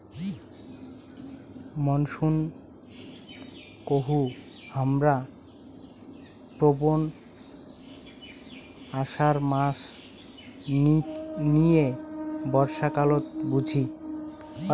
monsoon কহু হামরা শ্রাবণ, আষাঢ় মাস নিয়ে বর্ষাকালত বুঝি